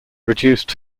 reduced